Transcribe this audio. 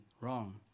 wrong